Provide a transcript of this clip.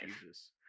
Jesus